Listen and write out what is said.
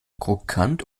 krokant